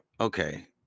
okay